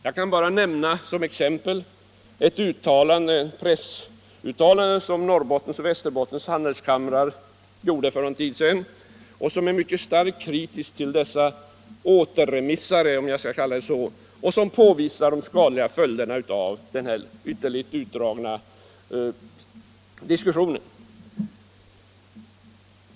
Jag kan nämna som exempel ett pressuttalande som Norrbottens och Västerbottens handelskammare gjorde för någon tid sedan och som är starkt kritiskt till dessa ”återremissare” och påvisar de skadliga föli derna av denna ytterligt utdragna diskussion.